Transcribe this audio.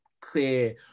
clear